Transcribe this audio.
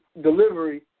delivery